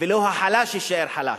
ולא החלש יישאר חלש.